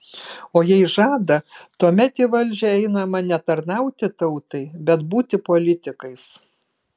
o jei žada tuomet į valdžią einama ne tarnauti tautai bet būti politikais